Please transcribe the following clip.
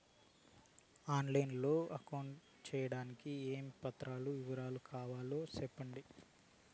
On line లో account సేయడానికి ఏమేమి పత్రాల వివరాలు కావాలో సెప్పండి?